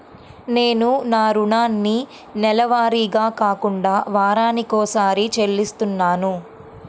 నేను నా రుణాన్ని నెలవారీగా కాకుండా వారానికోసారి చెల్లిస్తున్నాను